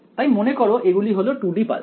তাই মনে করো এগুলি হল 2 D পালস